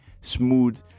smooth